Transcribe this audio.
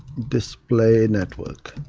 display network.